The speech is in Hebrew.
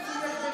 תפני לבוס שלך.